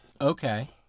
Okay